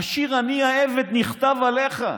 השיר "אני העבד" נכתב עליך,